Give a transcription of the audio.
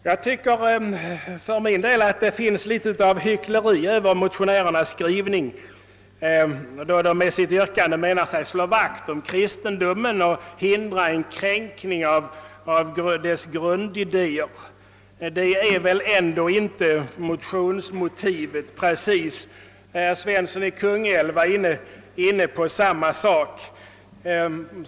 Jag anser att det finns litet av hyckleri över motionärernas skrivning, då de med sitt yrkande menar sig slå vakt om kristendomen och hindra »en kränkning av dess grundidéer» — det är väl ändå inte precis motionsmotivet. Herr Svensson i Kungälv var inne på samma sak.